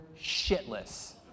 shitless